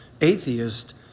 atheist